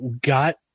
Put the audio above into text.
got